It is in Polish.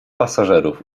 pasażerów